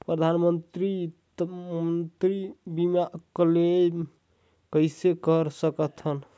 परधानमंतरी मंतरी बीमा क्लेम कइसे कर सकथव?